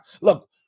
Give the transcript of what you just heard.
Look